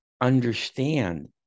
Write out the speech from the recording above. understand